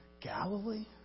Galilee